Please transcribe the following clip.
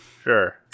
Sure